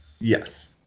Yes